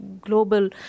global